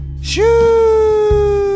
Shoo